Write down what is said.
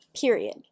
period